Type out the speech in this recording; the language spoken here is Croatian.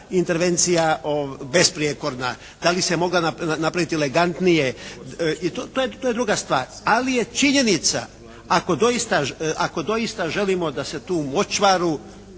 intervencija besprijekorna, da li se mogla napraviti elegantnije i to je druga stvar. Ali je činjenica ako doista želimo da se tu močvaru